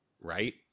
right